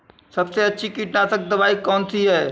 सबसे अच्छी कीटनाशक दवाई कौन सी है?